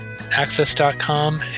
Access.com